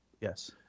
Yes